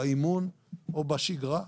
באימון או בשגרה,